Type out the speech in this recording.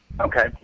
Okay